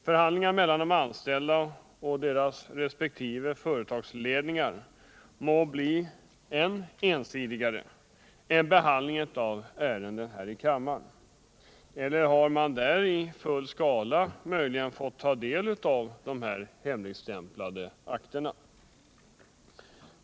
Förhandlingarna mellan de anställda och deras företagsledningar måtte vara än ensidigare än behandlingen av ärendet här i kammaren -— eller har man möjligen där i full skala fått ta del av de hemligstämplade akterna?